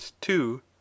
two